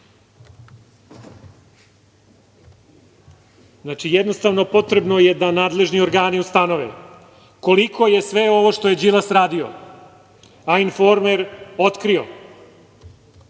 i medije. Potrebno je da nadležni organi ustanove koliko je sve ovo što je Đilas radio, a „Informer“ otkrio,